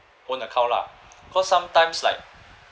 own account lah cause sometimes like